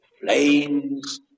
flames